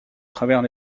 travers